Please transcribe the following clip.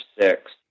six